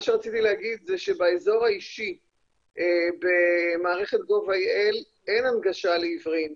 רציתי להגיד שבאזור האישי במערכת gov.il אין הנגשה לעיוורים.